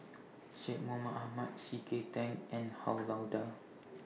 Syed Mohamed Ahmed C K Tang and Han Lao DA